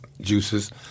juices